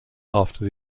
after